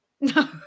No